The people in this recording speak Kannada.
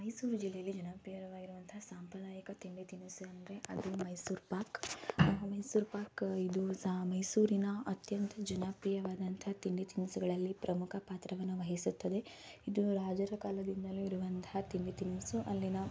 ಮೈಸೂರು ಜಿಲ್ಲೆಯಲ್ಲಿ ಜನಪ್ರಿಯವಾಗಿರುವಂಥ ಸಾಂಪ್ರದಾಯಿಕ ತಿಂಡಿ ತಿನಿಸು ಅಂದರೆ ಅದು ಮೈಸೂರು ಪಾಕ್ ಮೈಸೂರು ಪಾಕ್ ಇದು ಸಹ ಮೈಸೂರಿನ ಅತ್ಯಂತ ಜನಪ್ರೀಯವಾದಂಥ ತಿಂಡಿ ತಿನಿಸುಗಳಲ್ಲಿ ಪ್ರಮುಖ ಪಾತ್ರವನ್ನು ವಹಿಸುತ್ತದೆ ಇದು ರಾಜರ ಕಾಲದಿಂದಲೇ ಇರುವಂತಹ ತಿಂಡಿ ತಿನಿಸು ಅಲ್ಲಿನ